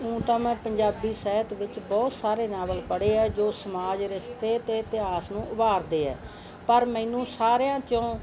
ਉਂਝ ਤਾਂ ਮੈਂ ਪੰਜਾਬੀ ਸਾਹਿਤ ਵਿੱਚ ਬਹੁਤ ਸਾਰੇ ਨਾਵਲ ਪੜ੍ਹੇ ਆ ਜੋ ਸਮਾਜ ਰਿਸ਼ਤੇ ਅਤੇ ਇਤਿਹਾਸ ਨੂੰ ਉਭਾਰਦੇ ਹੈ ਪਰ ਮੈਨੂੰ ਸਾਰਿਆਂ 'ਚੋਂ